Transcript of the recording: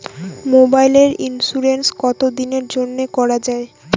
মোবাইলের ইন্সুরেন্স কতো দিনের জন্যে করা য়ায়?